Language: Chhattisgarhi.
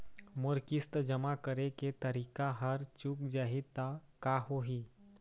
मोर किस्त जमा करे के तारीक हर चूक जाही ता का होही?